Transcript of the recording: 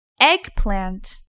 Eggplant